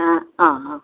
आं आं आं